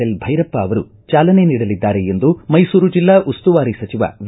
L Bhyrappa ಅವರು ಚಾಲನೆ ನೀಡಲಿದ್ದಾರೆ ಎಂದು ಮೈಸೂರು ಜಿಲ್ಲಾ ಉಸ್ತುವಾರಿ ಸಚಿವ ವಿ